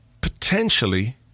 Potentially